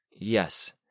Yes